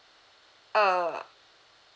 uh